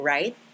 Right